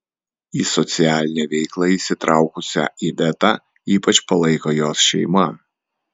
į socialinę veiklą įsitraukusią ivetą ypač palaiko jos šeima